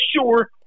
sure